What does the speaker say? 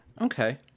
Okay